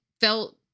Felt